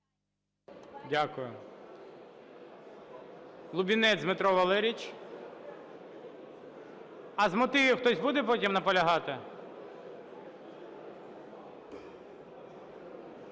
Дякую. Лубінець Дмитро Валерійович. А з мотивів хтось буде потім наполягати?